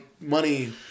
money